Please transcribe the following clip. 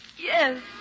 Yes